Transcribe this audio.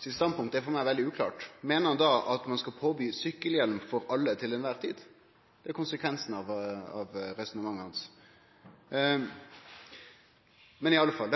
for meg veldig uklart. Meiner han at ein skal påby sykkelhjelm for alle, heile tida? Det er konsekvensen av resonnementet hans. Det har